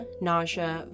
nausea